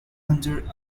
under